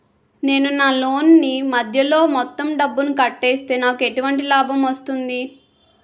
నేను నా లోన్ నీ మధ్యలో మొత్తం డబ్బును కట్టేస్తే నాకు ఎటువంటి లాభం వస్తుంది?